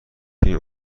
فیلم